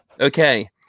okay